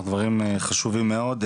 דברים חשובים מאוד.